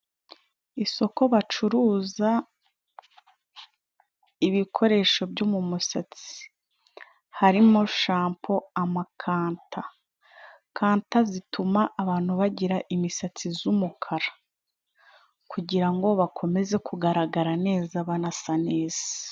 Isoko bacuruza ibikoresho byo mu musatsi harimo shampo, amakanta. Kanta zituma abantu bagira imisatsi y'umukara kugira ngo bakomeze kugaragara neza banasa neza.